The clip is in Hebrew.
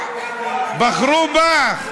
בחרו בך.